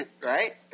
right